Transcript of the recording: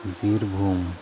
Birbhum